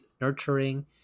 nurturing